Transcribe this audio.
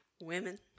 Women